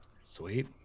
Sweet